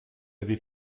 avait